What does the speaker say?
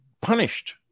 punished